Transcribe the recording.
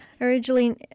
Originally